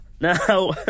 now